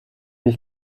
ich